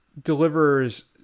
delivers